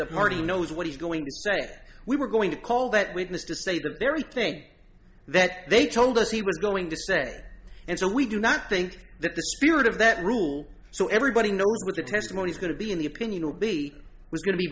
the party knows what he's going to say that we were going to call that witness to say the very thing that they told us he was going to set and so we do not think that the spirit of that rule so everybody know what the testimony is going to be in the opinion will be was going to be